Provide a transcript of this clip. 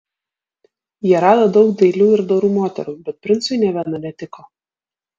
jie rado daug dailių ir dorų moterų bet princui nė viena netiko